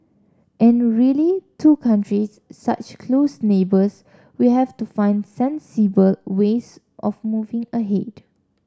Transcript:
and really two countries such close neighbours we have to find sensible ways of moving ahead